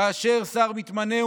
כאשר שר מתמנה,